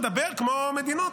נדבר כמו מדינות,